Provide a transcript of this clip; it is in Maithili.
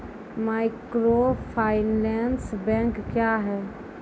माइक्रोफाइनेंस बैंक क्या हैं?